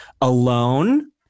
alone